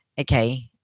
okay